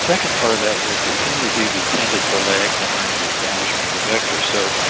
second part of that was that human diseases tended to lag behind the establishment of the vector. so,